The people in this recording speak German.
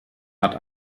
hat